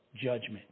judgment